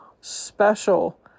special